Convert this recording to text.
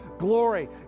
glory